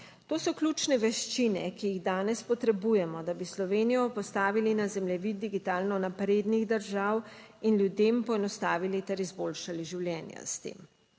To so ključne veščine, ki jih danes potrebujemo, da bi Slovenijo postavili na zemljevid digitalno naprednih držav in ljudem poenostavili ter izboljšali življenja s tem.